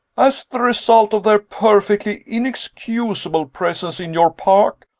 as the result of their perfectly inexcusable pres ence in your park,